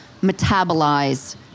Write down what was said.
metabolize